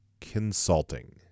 Consulting